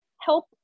help